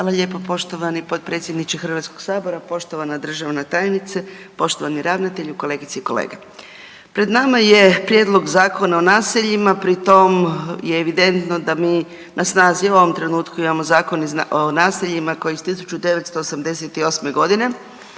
Hvala lijepo poštovani potpredsjedniče HS-a, poštovana državna tajnice, poštovani ravnatelju, kolegice i kolege. Pred nama je Prijedlog Zakona o naseljima, pri tom je evidentno da mi na snazi u ovom trenutku imamo Zakon o naseljima koji je iz 1988. g.